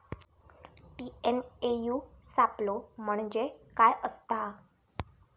TNAU सापलो म्हणजे काय असतां?